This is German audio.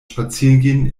spazierengehen